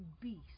beast